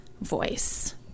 voice